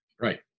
Right